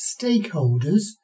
stakeholders